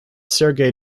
sergei